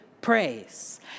praise